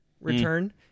return